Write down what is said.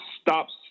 stops